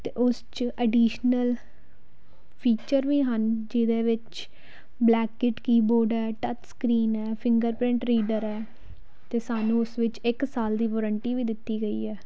ਅਤੇ ਉਸ 'ਚ ਐਡੀਸ਼ਨਲ ਫੀਚਰ ਵੀ ਹਨ ਜਿਹਦੇ ਵਿੱਚ ਬਲੈਕਇਟ ਕੀਬੋਰਡ ਹੈ ਟੱਚ ਸਕਰੀਨ ਹੈ ਫਿੰਗਰ ਪ੍ਰਿੰਟ ਰੀਡਰ ਹੈ ਅਤੇ ਸਾਨੂੰ ਉਸ ਵਿੱਚ ਇੱਕ ਸਾਲ ਦੀ ਵਾਰੰਟੀ ਵੀ ਦਿੱਤੀ ਗਈ ਹੈ